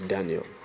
Daniel